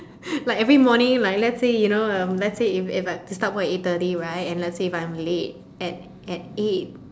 like every morning like let's say you know um let's say if I if I have to start work at eight thirty right and let's say if I'm late at at eight